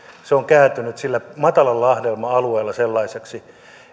se on kääntynyt sillä matalalla lahdelma alueella sellaiseksi